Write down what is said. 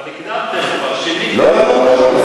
אבל הקדמתם כבר, שיניתם, לא, לא, לא.